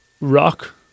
Rock